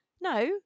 No